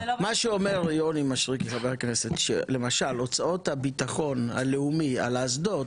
מה שאומר יוני מישרקי חבר הכנסת שלמשל הוצאות הביטחון הלאומי על האסדות